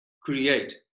create